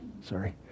Sorry